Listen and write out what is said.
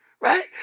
right